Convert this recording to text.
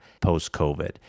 post-COVID